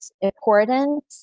important